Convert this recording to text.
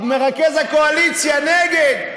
מרכז הקואליציה, נגד.